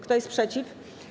Kto jest przeciw?